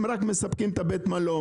הם רק מספקים את בית המלון.